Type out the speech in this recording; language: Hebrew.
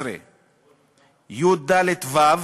19יד(ו):